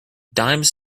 dimes